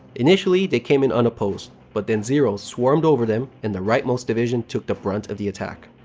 initially, they came in unopposed, but then, zeros swarmed over them and the rightmost division took the brunt of the attack.